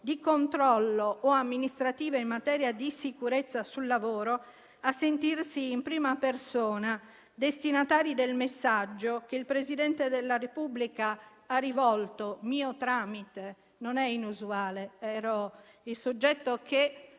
di controllo o amministrative in materia di sicurezza sul lavoro a sentirsi in prima persona destinatari del messaggio che il Presidente della Repubblica ha rivolto, mio tramite (non è inusuale, ero il soggetto che